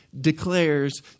declares